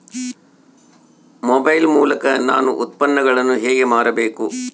Mobile ಮೂಲಕ ನಾನು ಉತ್ಪನ್ನಗಳನ್ನು ಹೇಗೆ ಮಾರಬೇಕು?